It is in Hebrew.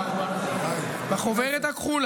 חבר הכנסת קריב.